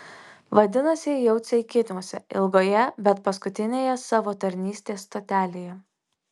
vadinasi jau ceikiniuose ilgoje bet paskutinėje savo tarnystės stotelėje